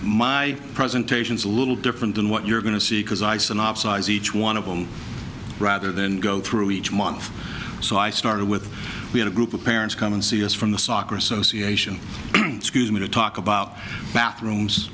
my presentations a little different than what you're going to see because i synopsize each one of them rather than go through each month so i started with we had a group of parents come and see us from the soccer association to talk about bathrooms